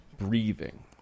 breathing